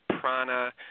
prana